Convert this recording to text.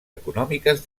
econòmiques